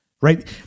Right